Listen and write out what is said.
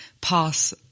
pass